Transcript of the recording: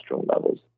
levels